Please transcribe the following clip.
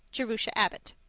jerusha abbott